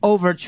Over